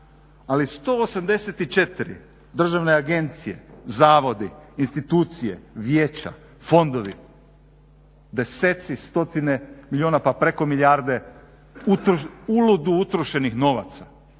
ali 184 državne agencije, zavodi, institucije, vijeća, fondovi, deseci, stotine milijuna, pa preko milijarde uludo utrošenih novaca